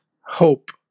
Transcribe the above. hope